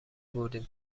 بردیم